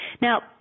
Now